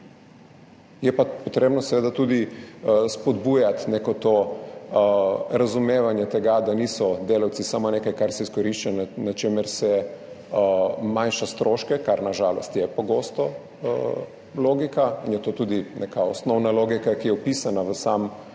Je pa treba seveda tudi spodbujati neko razumevanje tega, da niso delavci samo nekaj, kar se izkorišča, na čemer se manjša stroške, kar je na žalost pogosto logika in je to tudi neka osnovna logika, ki je vpisana v sam